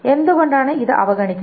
എന്തുകൊണ്ടാണ് ഇത് അവഗണിക്കുന്നത്